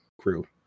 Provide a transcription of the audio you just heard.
crew